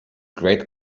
great